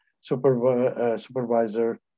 supervisor